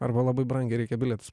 arba labai brangiai reikia bilietus